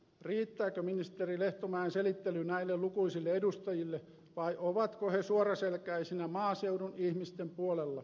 riittääkö ministeri lehtomäen selittely näille lukuisille edustajille vai ovatko he suoraselkäisinä maaseudun ihmisten puolella